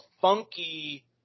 funky